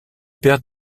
père